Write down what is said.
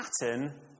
pattern